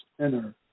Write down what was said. Enter